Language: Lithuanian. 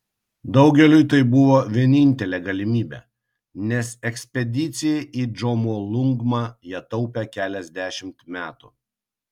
daugeliui tai buvo vienintelė galimybė nes ekspedicijai į džomolungmą jie taupė keliasdešimt metų